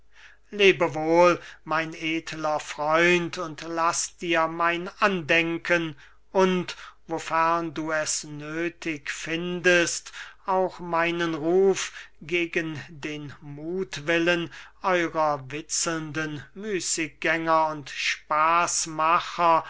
lebe wohl mein edler freund und laß dir mein andenken und wofern du es nöthig findest auch meinen ruf gegen den muthwillen eurer witzelnden müßiggänger und